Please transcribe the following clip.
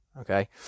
okay